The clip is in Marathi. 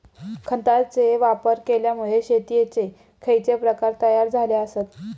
खतांचे वापर केल्यामुळे शेतीयेचे खैचे प्रकार तयार झाले आसत?